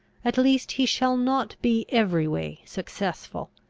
at least he shall not be every way successful.